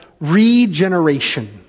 regeneration